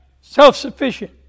self-sufficient